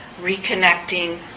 reconnecting